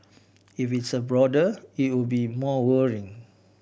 if it's a broader it would be more worrying